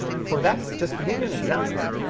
for that, just to give you an example,